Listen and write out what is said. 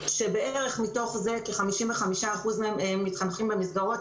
כשבערך מתוך זה כ-55% מהם מתחנכים במסגרות.